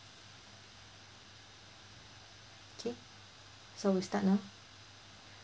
okay so we start now